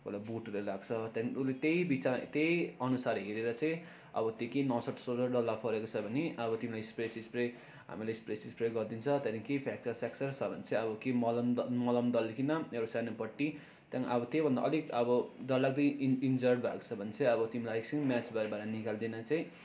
कोही बेला बुटहरूले लाग्छ त्यहाँदेखि उसले त्यही बिचार त्यहीअनुसार हेरेर चाहिँ अब त्यो के नसानसा ढल्ला परेको छ भने अब तिम्रो स्प्रे सिस्प्रे हामीले स्प्रे सिस्प्रे गरिदिन्छ त्यहाँदेखि फ्र्याक्चर स्याक्चर छ भने चाहिँ अब कि मलम दल् मलम दलिकन एउटा सानो पट्टी त्यहाँदेखि अब त्योभन्दा अलिक अब डरलाग्दो इन इन्ज्युर्ड भएको छ भने चाहिँ अब तिमीलाई एकछिन म्याचबाट बाहिर निकालिदिइकन चाहिँ